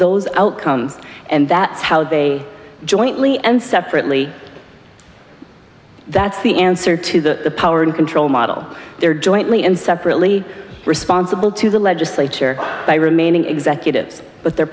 those outcomes and that's how they jointly end separately that's the answer to the power and control model there jointly and separately responsible to the legislature by remaining executives but their